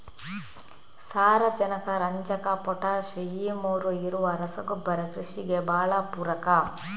ಸಾರಾಜನಕ, ರಂಜಕ, ಪೊಟಾಷ್ ಈ ಮೂರೂ ಇರುವ ರಸಗೊಬ್ಬರ ಕೃಷಿಗೆ ಭಾಳ ಪೂರಕ